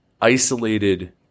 isolated